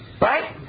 Right